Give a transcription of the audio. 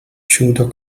judo